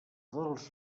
dels